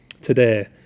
today